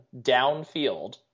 downfield